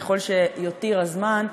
ככל שיותיר הזמן.